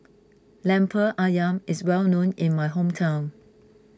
Lemper Ayam is well known in my hometown